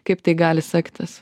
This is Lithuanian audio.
kaip tai gali sektis